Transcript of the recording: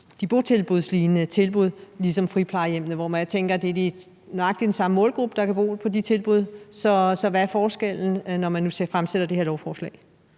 de botilbudslignende tilbud ligesom friplejehjemmene, hvor jeg tænker, at det er nøjagtig den samme målgruppe, der kan bo i de botilbud. Så hvad er forskellen, når man nu fremsætter det her lovforslag?